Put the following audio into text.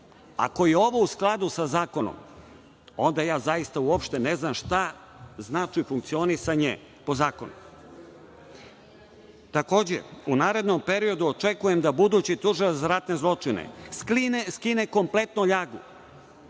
Ako je ovo u skladu sa zakonom, onda ja zaista uopšte ne znam šta znači funkcionisanje po zakonu. Takođe, u narednom periodu očekujem da budući tužilac za ratne zločine skine kompletnu ljagu